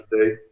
today